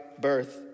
birth